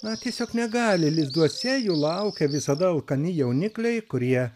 na tiesiog negali lizduose jų laukia visada alkani jaunikliai kurie